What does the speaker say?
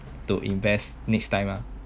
to invest next time ah